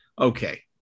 Okay